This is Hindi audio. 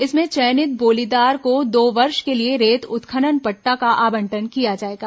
इसमें चयनित बोलीदार को दो वर्ष के लिए रेत उत्खनन पट्टा का आवंटन किया जाएगा